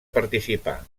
participar